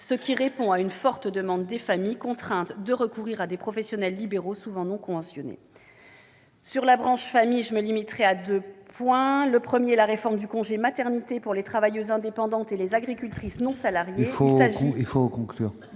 répond à une forte demande des familles, contraintes de recourir à des professionnels libéraux souvent non conventionnés. Sur la branche famille, je me limiterai à deux points. La réforme du congé maternité pour les travailleuses indépendantes et les agricultrices non salariées est une